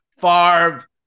Favre